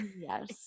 Yes